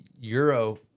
Euro